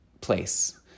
place